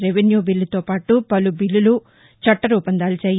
revenue బీల్లుతో పాటు పలు బీల్లులు చట్టరూపం దాల్చాయి